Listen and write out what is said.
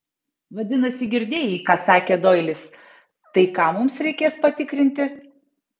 vadinasi girdėjai ką sakė doilis tai ką mums reikės patikrinti